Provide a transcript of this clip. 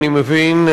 אני מבין,